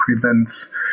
prevents